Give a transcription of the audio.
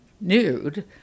nude